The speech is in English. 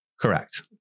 Correct